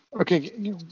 okay